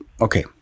Okay